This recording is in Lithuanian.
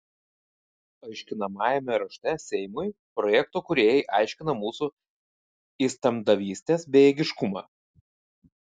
aiškinamajame rašte seimui projekto kūrėjai aiškina mūsų įstatymdavystės bejėgiškumą